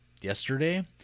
yesterday